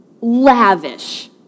lavish